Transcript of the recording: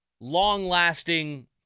long-lasting